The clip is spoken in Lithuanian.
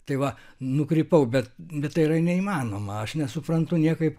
tai va nukrypau bet bet tai yra neįmanoma aš nesuprantu niekaip